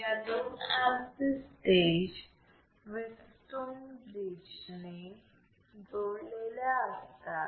या दोन RC stage Wheatstone bridge ने जोडलेल्या असतात